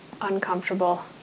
uncomfortable